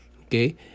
okay